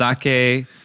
Sake